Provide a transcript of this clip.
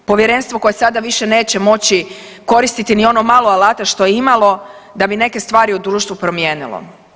Povjerenstvo koje sada više neće moći koristiti ni ono malo alata što je imalo da bi neke stvari u društvu promijenilo.